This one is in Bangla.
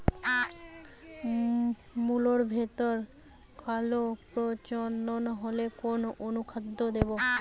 মুলোর ভেতরে কালো পচন হলে কোন অনুখাদ্য দেবো?